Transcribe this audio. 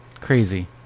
Crazy